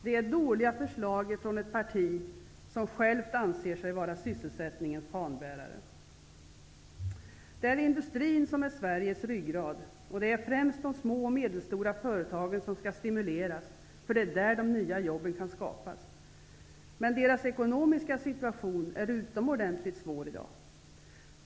Det är alltså dåliga förslag från ett parti som självt anser sig vara sysselsättningens fanbärare. Det är industrin som är Sveriges ryggrad. Och det är främst de små och medelstora företagen som skall stimuleras, för det är där de nya jobben kan skapas. Men deras ekonomiska situation är utomordentligt svår i dag.